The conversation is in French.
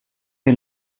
est